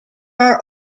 are